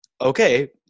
okay